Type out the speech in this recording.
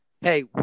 hey